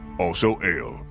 also ale